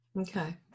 Okay